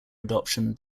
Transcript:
adoption